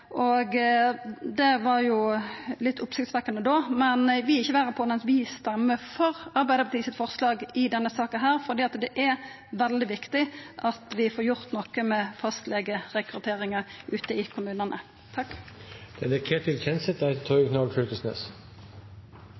sidan. Det var litt oppsiktsvekkjande, men vi er ikkje verre enn at vi stemmer for Arbeidarpartiets forslag i denne saka, for det er veldig viktig at vi får gjort noko med fastlegerekrutteringa ute i kommunane.